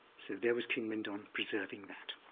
so there was king mindon preserving that.